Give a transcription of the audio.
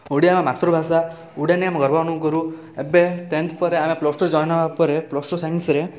ଓଡ଼ିଆ ଆମ ମାତୃଭାଷା ଓଡ଼ିଆ ନେଇ ଆମେ ଗର୍ବ ଅନୁଭବ କରୁ ଏବେ ଟେନ୍ଥ ପରେ ପ୍ଲସ୍ ଟୁ ଜଏନ୍ ହେବାପରେ ପ୍ଲସ୍ ଟୁ ସାଇନ୍ସରେ